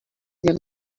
their